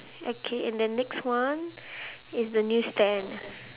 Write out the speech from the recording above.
okay and the next one is the news stand